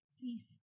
please